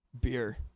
beer